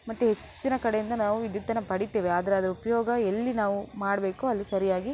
ಮತ್ತು ಹೆಚ್ಚಿನ ಕಡೆಯಿಂದ ನಾವು ವಿದ್ಯುತ್ತನ್ನು ಪಡೆಯುತ್ತೇವೆ ಆದರೆ ಅದರ ಉಪಯೋಗ ಎಲ್ಲಿ ನಾವು ಮಾಡಬೇಕು ಅಲ್ಲಿ ಸರಿಯಾಗಿ